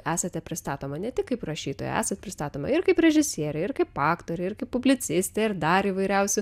esate pristatoma ne tik kaip rašytoja esat pristatoma ir kaip režisierė ir kaip aktorė ir kaip publicistė ir dar įvairiausių